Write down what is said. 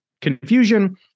confusion